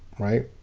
right?